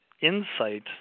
insight